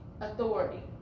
authority